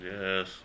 yes